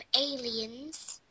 aliens